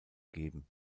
geben